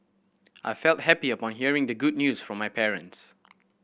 I felt happy upon hearing the good news from my parents